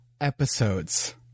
episodes